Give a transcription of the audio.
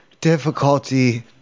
difficulty